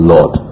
Lord